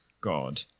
God